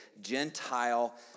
Gentile